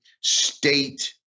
state